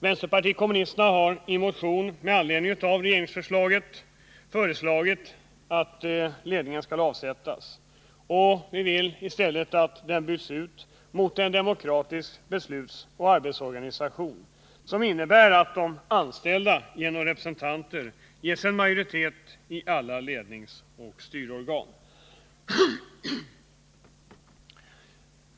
Vänsterpartiet kommunisterna har i motion med anledning av regeringsförslaget föreslagit att ledningen skall avsättas. Vi vill i stället att den byts ut mot en demokratisk beslutsoch arbetsorganisation, som innebär att de anställda genom representanter ges en majoritet i alla ledningsoch styrorgan.